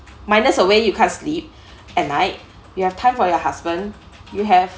minus away you can't sleep at night you have time for your husband you have